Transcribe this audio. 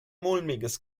mulmiges